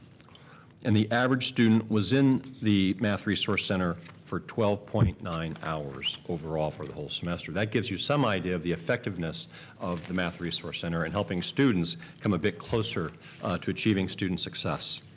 and the average student was in the math resource center for twelve point nine hours overall for the whole semester. that gives you some idea of the effectiveness of the math resource center in helping students become a bit closer to achieving student success.